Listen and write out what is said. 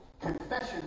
Confession